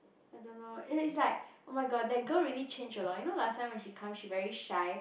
I don't know eh it's like oh-my-god that girl really changed a lot you know last time when she come she very shy